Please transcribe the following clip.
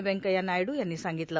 व्यंकय्या नायडू यांनी सांगगतलं